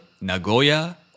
Nagoya